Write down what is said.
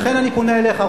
לכן אני פונה אליך,